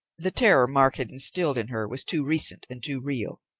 the terror mark had instilled in her was too recent and too real.